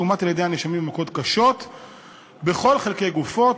שהומת על-ידי הנאשמים במכות קשות בכל חלקי גופו,